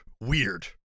weird